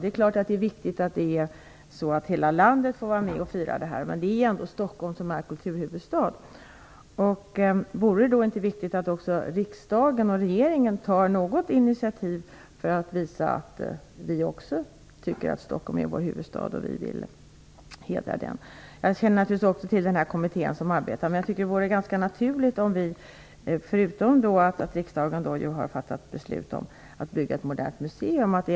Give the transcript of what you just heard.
Det är klart att det är viktigt att hela landet får vara med och fira, men det är ändå Stockholm som är kulturhuvudstad. Vore det då inte viktigt att också riksdagen och regeringen tar något initiativ för att visa att vi också tycker att Stockholm är vår huvudstad och att vi vill hedra den? Jag känner naturligtvis också till kommittén som arbetar. Jag tycker att det vore ganska naturligt att det togs initiativ från regeringens sida utöver riksdagsbeslutet om att bygga ett modernt museum.